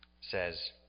says